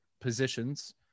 positions